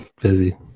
busy